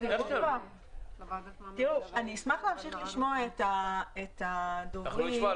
אני אשמח לשמוע את הדוברים -- אנחנו נשמע.